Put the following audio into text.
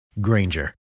Granger